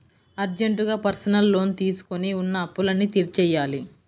అర్జెంటుగా personal loan తీసుకొని ఉన్న అప్పులన్నీ తీర్చేయ్యాలి